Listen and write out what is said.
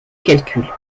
calculs